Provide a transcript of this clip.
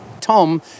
Tom